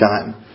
time